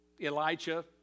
Elijah